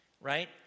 right